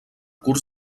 curs